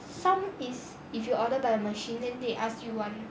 some is if you order by the machine then they ask you want